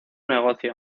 negocio